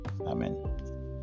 Amen